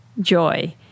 joy